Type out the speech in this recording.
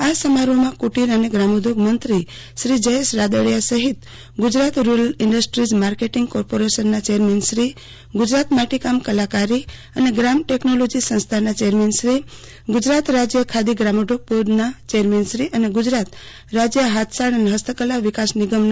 આ સમારોહમાં કુટિર અને ગ્રામોઘોગ મંત્રી શ્રી જયેશ રાદડીયા સહિત ગુજરાત રૂરલ ઈન્ડસ્ટ્રીઝ માર્કેટીંગ કોર્પોરેશનના ચેરમેનશ્રી ગુજરાત માટીકામ કલાકારી અને ગ્રામ ટેકનોલોજી સંસ્થાનના ચેરમેનશ્રી ગુજરાત રાજ્ય ખાદી ગ્રામોઘોગ બોર્ડના ચેરમેનશ્રી અને ગુજરાત રાજ્ય હાથશાળ અને હસ્તકલા વિકાસ નિગમ લિ